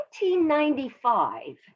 1995